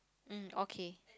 mm okay